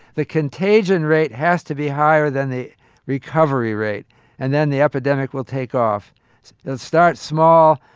the contagion rate has to be higher than the recovery rate and then the epidemic will take off. it'll start small,